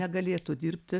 negalėtų dirbti